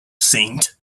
saint